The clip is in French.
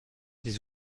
des